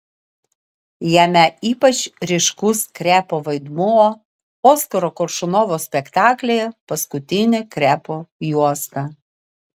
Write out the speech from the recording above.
jame ypač ryškus krepo vaidmuo oskaro koršunovo spektaklyje paskutinė krepo juosta